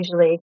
usually